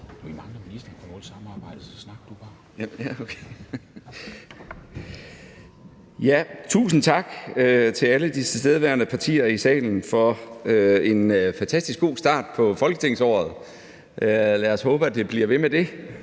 Tusind tak til alle de tilstedeværende partier i salen for en fantastisk god start på folketingsåret – lad os håbe, at det bliver ved på den